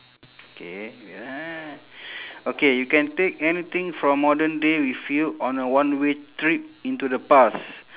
okay wait eh okay you can take anything from modern day with you on a one way trip into the past